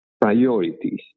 Priorities